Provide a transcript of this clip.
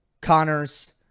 Connors